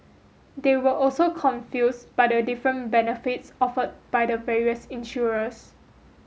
they were also confused by the different benefits offered by the various insurers